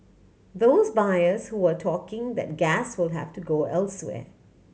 those buyers who were talking that gas will have to go elsewhere